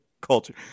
culture